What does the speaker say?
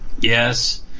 Yes